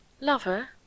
Lover